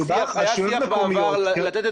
מבחינתן אין שום בעיה שהחברה הממשלתית תבצע את זה,